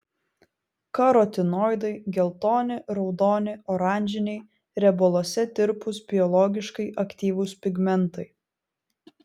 karotinoidai geltoni raudoni oranžiniai riebaluose tirpūs biologiškai aktyvūs pigmentai